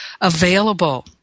available